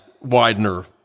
Widener